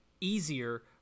easier